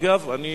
אגב, אני